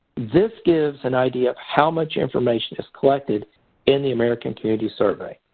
this gives an idea of how much information is collected in the american community survey.